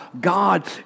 God